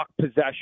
possession